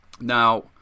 now